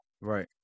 Right